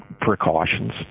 precautions